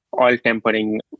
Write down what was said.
oil-tempering